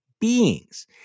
beings